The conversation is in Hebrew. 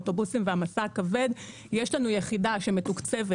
אוטובוסים ומשא כבד יש לנו יחידה שמתוקצבת,